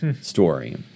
story